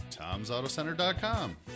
TomsAutoCenter.com